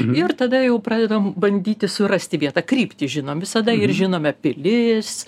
ir tada jau pradedam bandyti surasti vietą kryptį žinom visada ir žinome pilis